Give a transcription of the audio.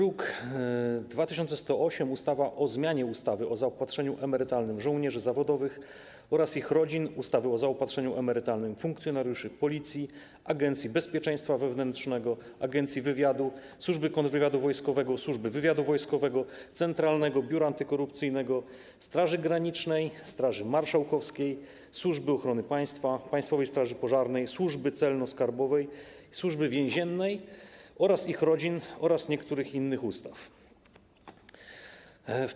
Ustawa o zmianie ustawy o zaopatrzeniu emerytalnym żołnierzy zawodowych oraz ich rodzin, ustawy o zaopatrzeniu emerytalnym funkcjonariuszy Policji, Agencji Bezpieczeństwa Wewnętrznego, Agencji Wywiadu, Służby Kontrwywiadu Wojskowego, Służby Wywiadu Wojskowego, Centralnego Biura Antykorupcyjnego, Straży Granicznej, Straży Marszałkowskiej, Służby Ochrony Państwa, Państwowej Straży Pożarnej, Służby Celno-Skarbowej i Służby Więziennej oraz ich rodzin oraz niektórych innych ustaw, druk nr 2108.